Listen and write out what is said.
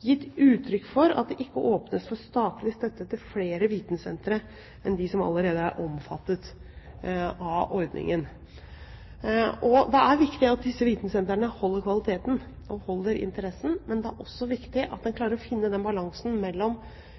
gitt uttrykk for at det ikke åpnes for statlig støtte til flere vitensentre enn de som allerede er omfattet av ordningen. Det er viktig at disse vitensentrene holder kvaliteten og holder interessen, men det er også viktig at en klarer å finne den balansen mellom